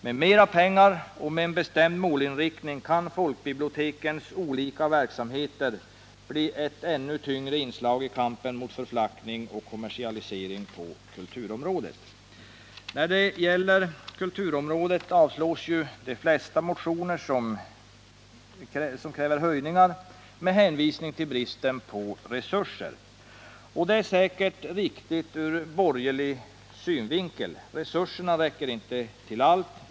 Med mera pengar och en bestämd målinriktning kan folkbibliotekens olika verksamheter bli ett ännu tyngre inslag i kampen mot förflackning och kommersialisering på kulturområdet. När det gäller kulturområdet avstyrks de flesta motioner som kräver höjningar av anslagen, och man hänvisar därvid till bristen på resurser. Och det är säkert riktigt ur borgerlig synvinkel. Resurserna räcker inte till allt.